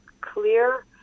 clear